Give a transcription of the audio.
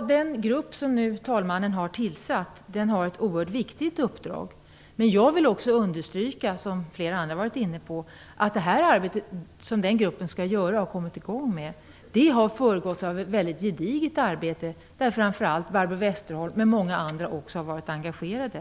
Den grupp som talmannen har tillsatt har ett oerhört viktigt uppdrag. Jag vill understryka, vilket också flera andra gjort, att det arbetet har föregåtts av ett mycket gediget arbete där framför allt Barbro Westerholm, men även andra, har varit engagerad.